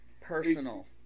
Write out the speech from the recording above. personal